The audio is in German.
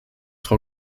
frau